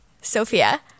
Sophia